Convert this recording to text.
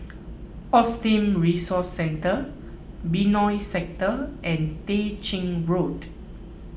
Autism Resource Centre Benoi Sector and Tah Ching Road